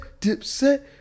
Dipset